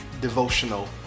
devotional